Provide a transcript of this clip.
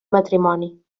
matrimoni